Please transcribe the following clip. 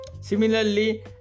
Similarly